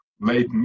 late